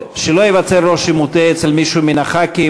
שלא ייווצר רושם מוטעה אצל מישהו מחברי הכנסת,